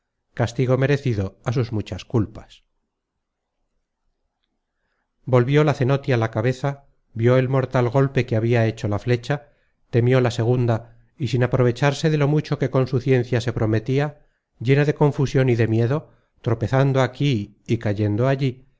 castigo merecido á sus muchas culpas volvió la cenotia la cabeza vió el mortal golpe que habia hecho la flecha temió la segunda y sin aprovecharse de lo mucho que con su ciencia se prometia llena de confusion y de miedo tropezando aquí y cayendo allí